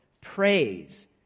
praise